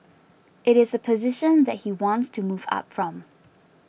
it is a position that he wants to move up from